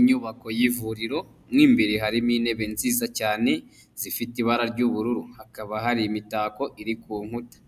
Inyubako y'ivuriro mu imbere harimo intebe nziza cyane zifite ibara ry'ubururu, hakaba hari imitako iri ku nkuta.